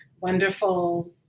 wonderful